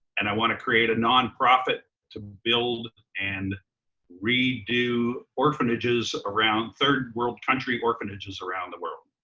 and i wanna create a nonprofit to build and redo orphanages around third world country orphanages around the world.